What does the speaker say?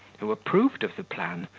who approved of the plan,